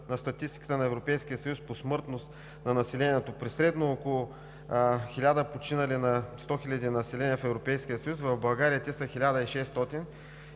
на статистиката на Европейския съюз по смъртност на населението. При средно около 1000 починали на 100 000 население в Европейския съюз, в България те са 1600.